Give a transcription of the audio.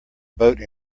boat